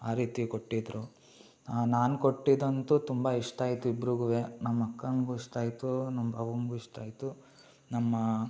ಆ ರೀತಿ ಕೊಟ್ಟಿದ್ದರು ನಾನು ಕೊಟ್ಟಿದ್ದಂತೂ ತುಂಬ ಇಷ್ಟ ಆಯಿತು ಇಬ್ರುಗು ನಮ್ಮ ಅಕ್ಕಂಗೂ ಇಷ್ಟ ಆಯಿತು ನಮ್ಮ ಭಾವಂಗೂ ಇಷ್ಟ ಆಯಿತು ನಮ್ಮ